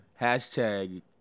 Hashtag